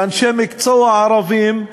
לאנשי מקצוע ערבים,